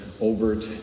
overt